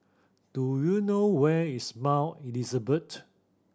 do you know where is Mount Elizabeth